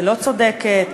כלא צודקת,